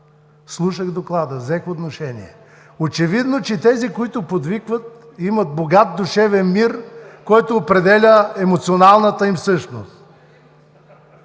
слушах доклада и взех отношение. Очевидно, че тези, които подвикват, имат богат душевен мир, който определя емоционалната им същност.